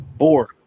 Four